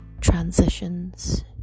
transitions